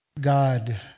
God